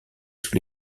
sous